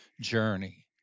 journey